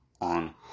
on